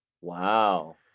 Wow